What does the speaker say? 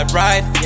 ride